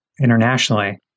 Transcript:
internationally